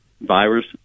virus